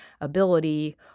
ability